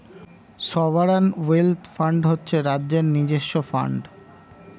sovereign wealth fund হচ্ছে রাজ্যের নিজস্ব ফান্ড